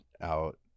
out